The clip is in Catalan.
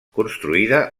construïda